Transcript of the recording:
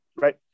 right